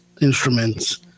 instruments